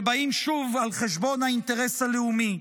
שבאים שוב על חשבון האינטרס הלאומי.